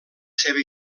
seva